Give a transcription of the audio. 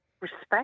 respect